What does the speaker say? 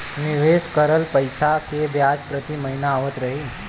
निवेश करल पैसा के ब्याज प्रति महीना आवत रही?